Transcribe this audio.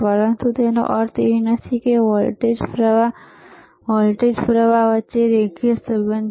પરંતુ તેનો અર્થ એ નથી કે વોલ્ટેજ અને પ્રવાહ વચ્ચે રેખીય સંબંધ છે